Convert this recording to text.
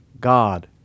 God